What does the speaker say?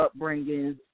upbringings